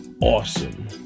awesome